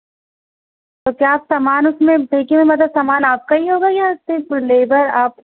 تو کیا آپ سامان اس میں دیکھیں ہوئے مطلب سامان آپ کا ہی ہوگا یا صرف لیبر آپ